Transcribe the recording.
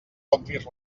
compris